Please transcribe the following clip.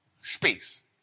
space